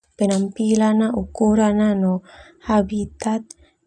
Pila na ukuran na no habitat.